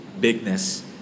bigness